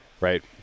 right